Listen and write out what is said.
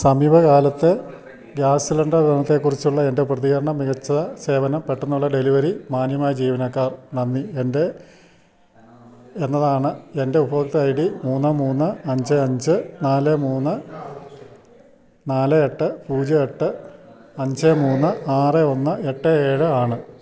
സമീപ കാലത്ത് gas cylinder ഗണത്തേക്കുറിച്ചുള്ള എന്റെ പ്രതികരണം മികച്ച സേവനം പെട്ടെന്നുള്ള ഡെലിവറി മാന്യമായ ജീവനക്കാർ നന്ദി എന്റെ എന്നതാണ് എന്റെ ഉപഭോക്തൃ ഐ ഡി മൂന്ന് മൂന്ന് അഞ്ച് അഞ്ച് നാല് മൂന്ന് നാല് എട്ട് പൂജ്യം എട്ട് അഞ്ച് മൂന്ന് ആറ് ഒന്ന് എട്ട് ഏഴ് ആണ്